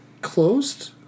closed